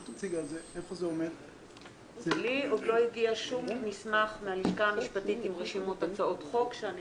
אליי עדיין לא הגיע שום מסמך מהלשכה המשפטית עם רשימת הצעות חוק שאני